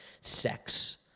sex